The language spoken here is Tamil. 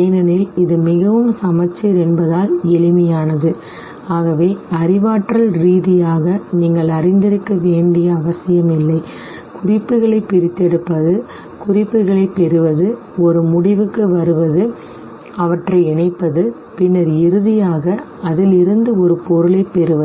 ஏனெனில் இது மிகவும் சமச்சீர் என்பதால் எளிமையானது ஆகவே அறிவாற்றல் ரீதியாக நீங்கள் அறிந்திருக்க வேண்டிய அவசியமில்லை குறிப்புகளைப் பிரித்தெடுப்பது குறிப்புகளைப் பெறுவது ஒரு முடிவுக்கு வருவது அவற்றை இணைப்பது பின்னர் இறுதியாக அதில் இருந்து ஒரு பொருளைப் பெறுவது